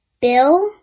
bill